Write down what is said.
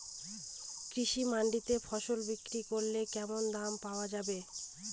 কৃষি মান্ডিতে ফসল বিক্রি করলে কেমন দাম পাওয়া যাবে?